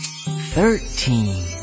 thirteen